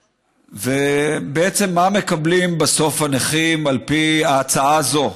ומה מקבלים בסוף הנכים על פי הצעה זו,